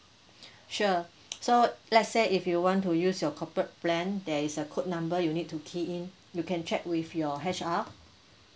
sure so let's say if you want to use your corporate plan there is a code number you need to key in you can check with your H_R